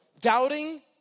doubting